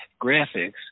graphics